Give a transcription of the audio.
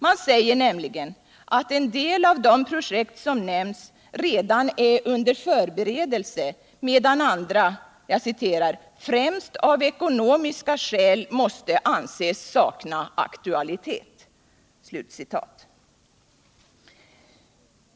Man säger nämligen att en del av de projekt som nämns redan är under förberedelse, medan andra ”främst av ekonomiska skäl måste anses sakna aktualitet”.